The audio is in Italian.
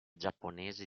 giapponesi